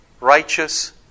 Righteous